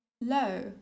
low